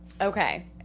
Okay